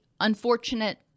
unfortunate